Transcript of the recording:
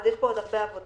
אז יש פה עוד הרבה עבודה.